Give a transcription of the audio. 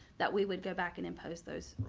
that we would go back and impose those,